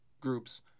groups